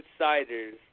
Outsiders